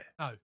No